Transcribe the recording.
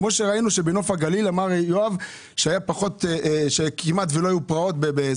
זה כמו שראינו שבנוף הגליל כמעט לא היו פרעות.